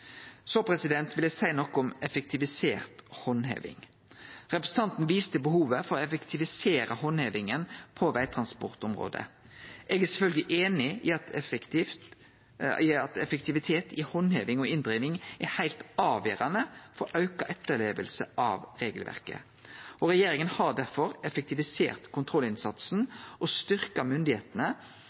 Så vil eg seie noko om effektivisert handheving. Representanten viser til behovet for å effektivisere handhevinga på vegtransportområdet. Eg er sjølvsagt einig i at effektivitet i handheving og inndriving er heilt avgjerande for auka etterleving av regelverket, og regjeringa har derfor effektivisert kontrollinnsatsen og